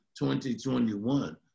2021